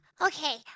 okay